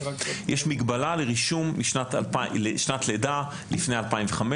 יש מגבלת רישום לשנת לידה: לפני 2005,